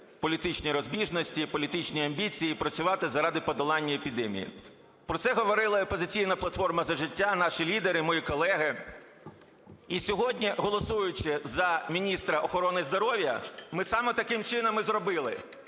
політичні розбіжності, політичні амбіції і працювати заради подолання епідемії. Про це говорила і "Опозиційна платформа – За життя", наші лідери, мої колеги. І сьогодні голосуючи за міністра охорони здоров'я, ми саме таким чином і зробили,